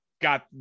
got